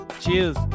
cheers